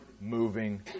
moving